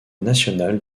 national